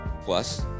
Plus